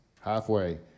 Halfway